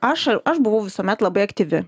aš aš buvau visuomet labai aktyvi